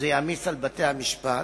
זה יעמיס על בתי-המשפט,